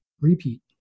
repeat